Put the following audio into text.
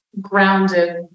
grounded